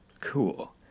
Cool